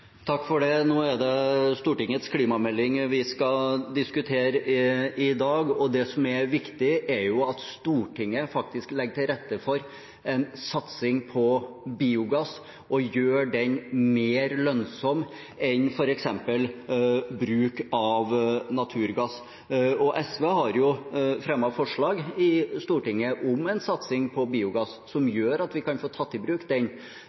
Nå er det Stortingets klimamelding vi skal diskutere i dag. Det som er viktig, er at Stortinget faktisk legger til rette for en satsing på biogass og gjør den mer lønnsom enn f.eks. bruk av naturgass. SV har fremmet forslag i Stortinget om en satsing på biogass som gjør at vi kan få tatt den i bruk